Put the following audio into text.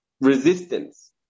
Resistance